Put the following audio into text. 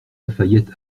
lafayette